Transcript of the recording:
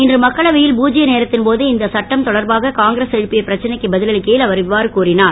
இன்று மக்களவையில் பூஜ்ய நேரத்தின்போது இந்த சட்டம் தொடர்பாக காங்கிரஸ் எழுப்பிய பிரச்னைக்கு பதிலளிக்கையில் அவர் இவ்வாறு கூறினார்